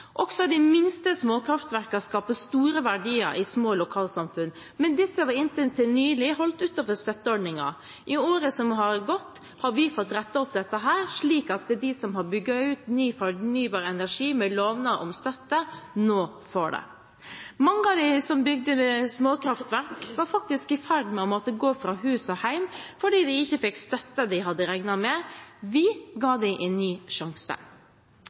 Også de minste småkraftverkene skaper store verdier i små lokalsamfunn, men disse var inntil nylig holdt utenfor støtteordningen. I året som har gått, har vi fått rettet opp dette, slik at de som har bygd ut ny fornybar energi med lovnad om støtte, nå får det. Mange av dem som bygde småkraftverk, var faktisk i ferd med å måtte gå fra hus og heim fordi de ikke fikk støtten de hadde regnet med. Vi ga dem en ny sjanse.